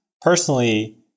personally